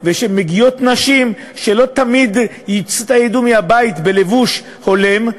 וכשמגיעות נשים שלא הצטיידו בלבוש הולם,